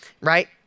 right